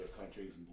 countries